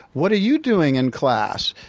what are you doing in class?